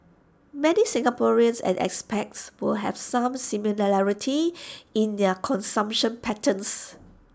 many Singaporeans and expats will have some similarities in their consumption patterns